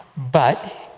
but,